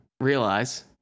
realize